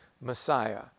messiah